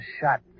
shot